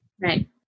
Right